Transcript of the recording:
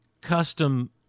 custom